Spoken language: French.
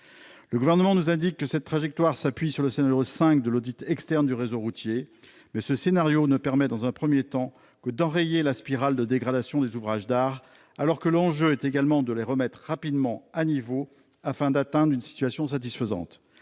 Le Gouvernement nous indique que cette trajectoire s'appuie sur le scénario 5 de l'audit externe du réseau routier, mais celui-ci ne permet, dans un premier temps, que d'enrayer la spirale de dégradation des ouvrages d'art, alors que l'enjeu est aussi de les remettre rapidement à niveau afin d'atteindre une situation satisfaisante.